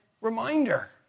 reminder